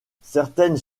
certaines